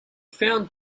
found